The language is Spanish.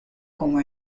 como